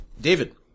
David